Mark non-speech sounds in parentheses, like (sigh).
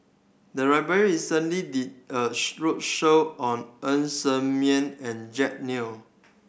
the library recently did a (unintelligible) roadshow on Ng Ser Miang and Jack Neo